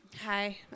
Hi